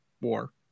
War